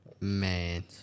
Man